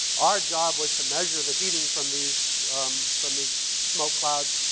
our job was to measure the heating from these um from these smoke clouds.